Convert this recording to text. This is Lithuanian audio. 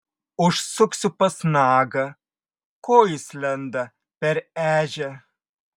užsuksiu pas nagą ko jis lenda per ežią